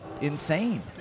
insane